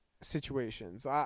situations